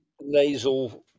nasal